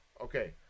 Okay